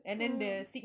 mm